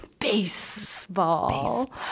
Baseball